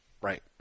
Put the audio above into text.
Right